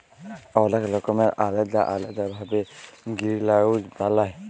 অলেক রকমের আলেদা আলেদা ভাবে গিরিলহাউজ বালায়